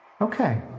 Okay